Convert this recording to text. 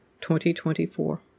2024